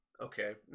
okay